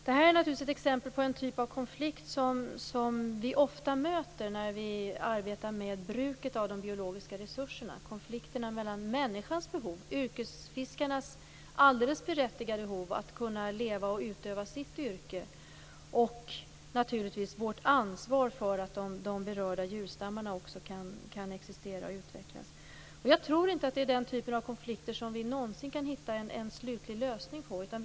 Detta är naturligtvis exempel på en typ av konflikt som vi ofta möter när vi arbetar med bruket av de biologiska resurserna, dvs. konflikten mellan människans behov, yrkesfiskarnas alldeles berättigade behov att kunna leva och utöva sitt yrke, och ansvaret för att berörda djurstammar kan existera och utvecklas. Jag tror inte att vi någonsin kan hitta en slutlig lösning på den typen av konflikter.